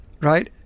right